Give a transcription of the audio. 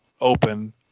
open